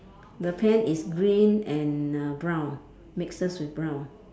the pant is green and uh brown mixes with brown